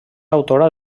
autora